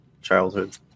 childhood